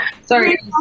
sorry